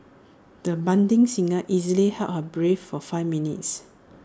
the budding singer easily held her breath for five minutes